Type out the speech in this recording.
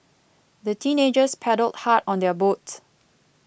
the teenagers paddled hard on their boat